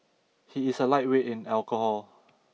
he is a lightweight in alcohol